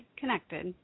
connected